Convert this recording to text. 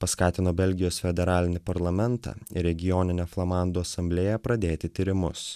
paskatino belgijos federalinį parlamentą ir regioninę flamandų asamblėją pradėti tyrimus